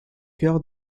chœur